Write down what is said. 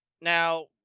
Now